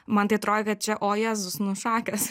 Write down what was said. man tai atrodė čia o jėzus nu šakės